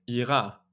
ira